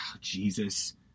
Jesus